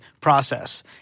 process